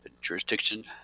jurisdiction